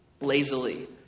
lazily